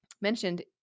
mentioned